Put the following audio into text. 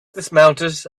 dismounted